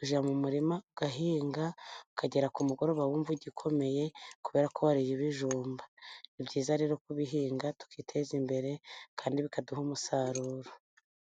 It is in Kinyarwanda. ujya mu murima ugahinga ukagera ku mugoroba wumva ugikomeye, kubera ko wariye ibijumba. Ni byiza rero kubihinga tukiteza imbere, kandi bikaduha umusaruro.